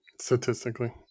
statistically